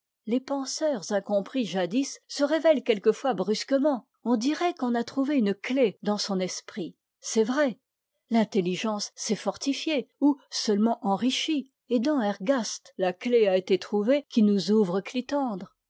les penseurs incompris jadis se révèlent quelquefois brusquement on dirait qu'on a trouvé une clef dans son esprit c'est vrai l'intelligence s'est fortifiée ou seulement enrichie et dans ergaste la clef a été trouvée qui nous ouvre clitandre